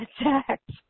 attacked